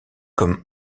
comme